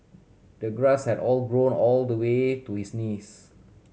the grass had all grown all the way to his knees